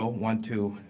um want to